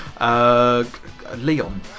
Leon